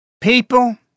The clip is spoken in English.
People